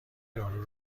دارو